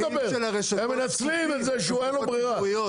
הם מנצלים את זה שאין לו ברירה.